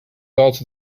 also